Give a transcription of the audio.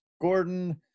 Gordon